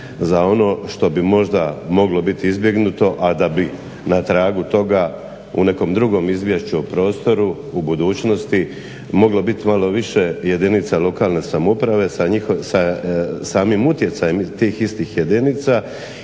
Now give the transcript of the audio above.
za ono što bi možda moglo biti izbjegnuto, a da bi na tragu toga u nekom drugom Izvješću o prostoru u budućnosti moglo biti malo više jedinica lokalne samouprave sa samim utjecajem tih istih jedinica